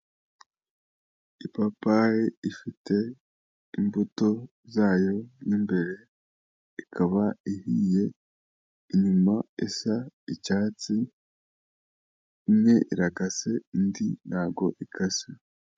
Ipapayi, ifite imbuto zayo mu imbere, ikaba ihiye, inyuma isa icyatsi, imwe irakase indi ntago ikase.